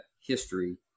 history